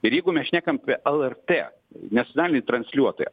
ir jeigu mes šnekam apie lrt nacionalinį transliuotoją